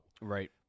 Right